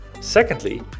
Secondly